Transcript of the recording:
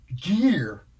gear